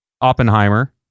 oppenheimer